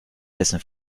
dessen